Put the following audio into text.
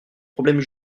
problèmes